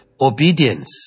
Obedience